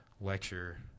lecture